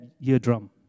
eardrum